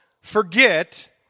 forget